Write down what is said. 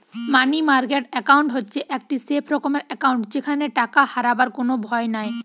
মানি market account হচ্ছে একটি safe রকমের একাউন্ট যেখানে টাকা হারাবার কোনো ভয় নাই